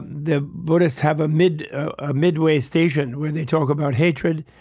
the buddhists have a midway ah midway station where they talk about hatred,